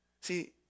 See